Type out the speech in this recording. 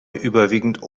überwiegend